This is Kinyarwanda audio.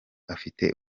afite